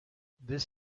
this